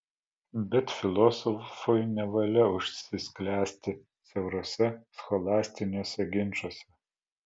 bet filosofui nevalia užsisklęsti siauruose scholastiniuose ginčuose